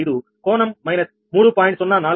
98265 కోణం మైనస్ 3